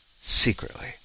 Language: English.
secretly